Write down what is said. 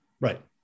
Right